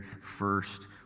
first